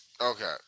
Okay